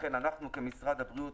אכן אנחנו כמשרד הבריאות,